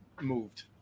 moved